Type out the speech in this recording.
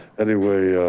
anyway,